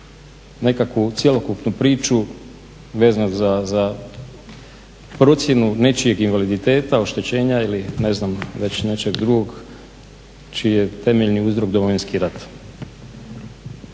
nekakvu cjelokupnu priču vezano za procjenu nečijeg invaliditeta, oštećenja ili ne znam već nečeg drugog čiji je temeljni uzrok Domovinski rat.